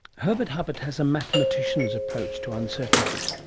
herbert huppert has a mathematician's approach to uncertainty.